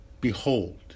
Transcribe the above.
Behold